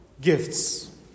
gifts